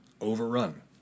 Overrun